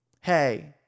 Hey